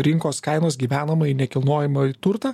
rinkos kainos gyvenamąjį nekilnojamąjį turtą